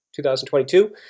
2022